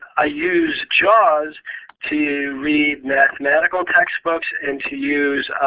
ah use jaws to read mathematical textbooks and to use